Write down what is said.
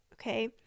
okay